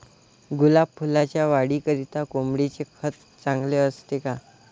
गुलाब फुलाच्या वाढीकरिता कोंबडीचे खत चांगले असते का?